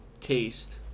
Taste